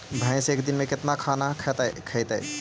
भैंस एक दिन में केतना खाना खैतई?